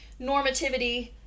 normativity